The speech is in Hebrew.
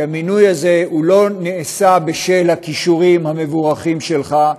כי המינוי הזה לא נעשה בשל הכישורים המבורכים שלך,